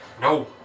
No